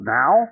now